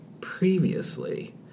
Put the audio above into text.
previously